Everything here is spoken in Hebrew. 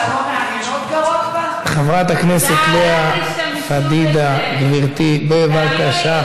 חברת הכנסת לאה פדידה, גברתי, בבקשה.